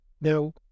Now